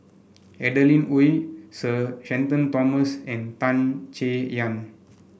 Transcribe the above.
Adeline Ooi Sir Shenton Thomas and Tan Chay Yan